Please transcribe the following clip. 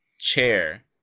chair